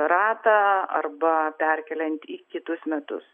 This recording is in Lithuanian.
ratą arba perkeliant į kitus metus